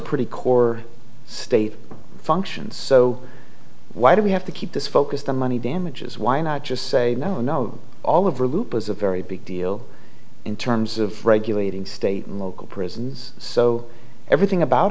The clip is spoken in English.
pretty core state functions so why do we have to keep this focused on money damages why not just say no no all over loop was a very big deal in terms of regulating state and local prisons so everything about